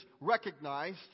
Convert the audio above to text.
recognized